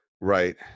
Right